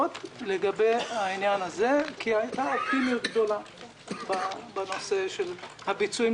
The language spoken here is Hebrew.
לגבי העניין הזה כי הייתה אופטימיות גדולה ביחס לביצועים